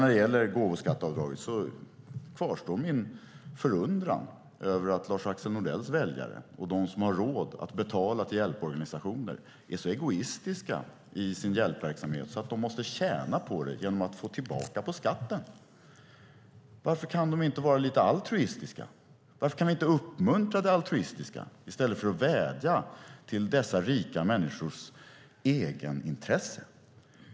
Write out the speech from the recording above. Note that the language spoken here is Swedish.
När det gäller gåvoskatteavdraget kvarstår min förundran över att Lars-Axel Nordells väljare och de som har råd att betala till hjälporganisationer är så egoistiska i sin hjälpverksamhet att de måste tjäna på det genom att få tillbaka på skatten. Varför kan de inte vara lite altruistiska? Varför kan vi inte uppmuntra det altruistiska i stället för att vädja till dessa rika människors egenintressen?